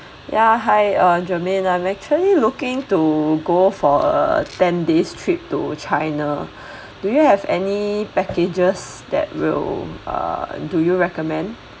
yeah hi uh germaine I'm actually looking to go for a ten days trip to china do you have any packages that will uh do you recommend